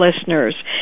listeners